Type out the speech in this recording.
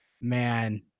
man